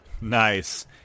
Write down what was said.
Nice